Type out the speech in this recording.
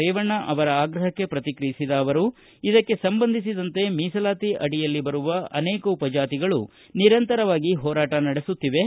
ರೇವಣ್ಣ ಅವರ ಆಗ್ರಹಕ್ಕೆ ಪ್ರತಿಕ್ರಿಯಿಸಿದ ಅವರು ಇದಕ್ಕೆ ಸಂಬಂಧಿಸಿದಂತೆ ಮೀಸಲಾತಿ ಅಡಿಯಲ್ಲಿ ಬರುವ ಅನೇಕ ಉಪಜಾತಿಗಳು ನಿರಂತರವಾಗಿ ಹೋರಾಟ ನಡೆಸುತ್ತಿವೆ